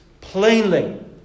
plainly